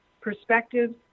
Perspectives